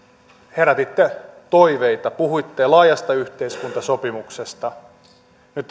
herätitte toiveita puhuitte laajasta yhteiskuntasopimuksesta nyt